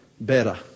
better